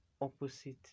opposite